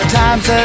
time's